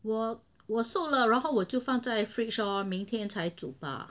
我我 soak 了然后我就放在 fridge lor 明天才煮吧